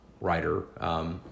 writer